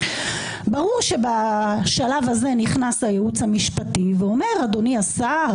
ברור שבשלב הזה נכנס הייעוץ המשפטי ואומר: אדוני השר,